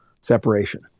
separation